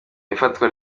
ifatwa